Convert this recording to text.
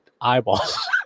eyeballs